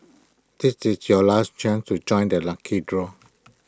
this is your last chance to join the lucky draw